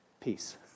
Peace